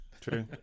true